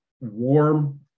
warm